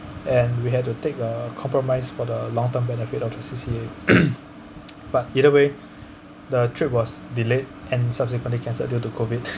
and we had to take a compromise for the long term benefit of the C_C_A but either way the trip was delayed and subsequently cancelled due to COVID